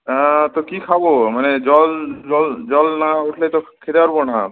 হ্যাঁ তো কী খাব মানে জল জল জল না উঠলে তো খেতে পারব না